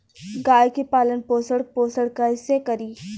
गाय के पालन पोषण पोषण कैसे करी?